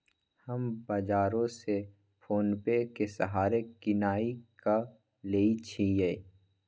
हम बजारो से फोनेपे के सहारे किनाई क लेईछियइ